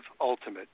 ultimate